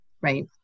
Right